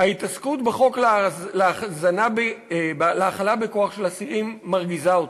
ההתעסקות בחוק להאכלה בכוח של אסירים מרגיזה אותי.